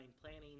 planning